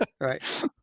Right